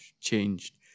changed